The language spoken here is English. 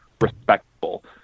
respectful